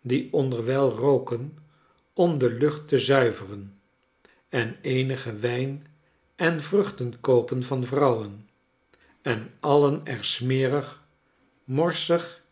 die onderwijl rooken om de lucht te zuiveren en eenigen wijn en vruchten koopen van vrouwen en alien er smerig morsig